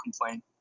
complain